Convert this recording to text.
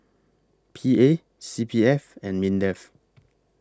P A C P F and Mindef